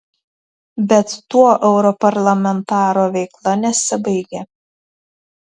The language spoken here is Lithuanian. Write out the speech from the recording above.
bet tuo europarlamentaro veikla nesibaigia